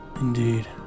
Indeed